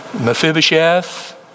Mephibosheth